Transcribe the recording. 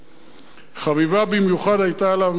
חביבה במיוחד היתה עליו מלאכת העריכה